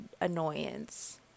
annoyance